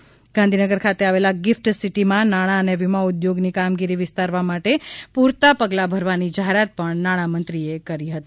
તો ગાંધીનગર ખાતે આવેલા ગિફ્ટ સિટિ માં નાણાં અને વીમા ઉદ્યોગ ની કામગીરી વિસ્તારવા માટે પૂરતા પગલાં ભરવાની જાહેરાત પણ નાણામંત્રીએ એ કરી છે